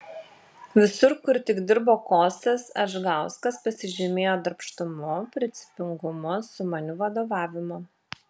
visur kur tik dirbo kostas adžgauskas pasižymėjo darbštumu principingumu sumaniu vadovavimu